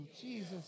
Jesus